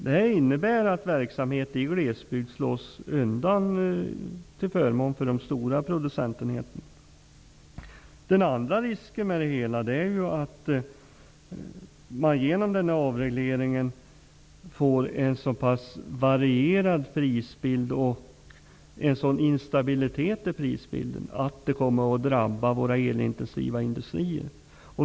Det här innebär att verksamhet i glesbygd slås undan till förmån för de stora producentenheterna. Den andra risken med det hela är att man genom den här avregleringen får en så pass varierad prisbild och en sådan instabilitet i prisbilden att det kommer att drabba våra elintensiva industrier.